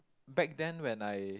back then when I